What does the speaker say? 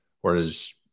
whereas